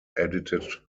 edited